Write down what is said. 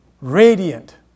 radiant